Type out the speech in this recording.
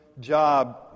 Job